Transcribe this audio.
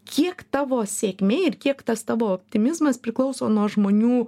kiek tavo sėkmė ir kiek tas tavo optimizmas priklauso nuo žmonių